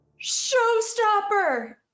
showstopper